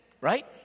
right